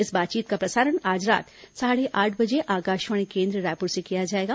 इस बातचीत का प्रसारण आज रात साढ़े आठ बजे आकाशवाणी केन्द्र रायपुर से किया जाएगा